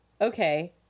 okay